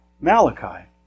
Malachi